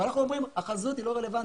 אבל אנחנו אומרים שהחזות היא לא רלוונטית,